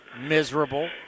Miserable